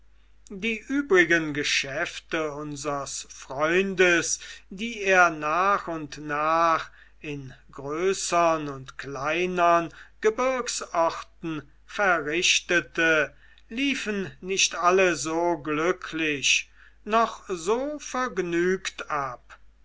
die übrigen geschäfte unseres freundes die er nach und nach in größern und kleinern gebirgsorten verrichtete liefen nicht alle so glücklich noch so vergnügt ab